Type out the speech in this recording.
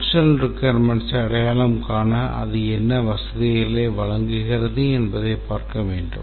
செயல்பாட்டுத் தேவைகளை அடையாளம் காண அது என்ன வசதிகளை வழங்குகிறது என்பதைப் பார்க்க வேண்டும்